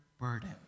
burden